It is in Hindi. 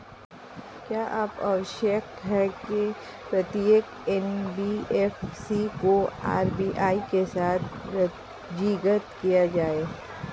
क्या यह आवश्यक है कि प्रत्येक एन.बी.एफ.सी को आर.बी.आई के साथ पंजीकृत किया जाए?